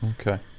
Okay